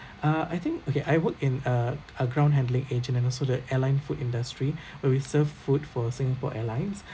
uh I think okay I work in a a ground handling agent and also the airline food industry we serve food for Singapore Airlines